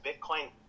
Bitcoin